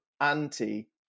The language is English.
anti